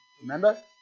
remember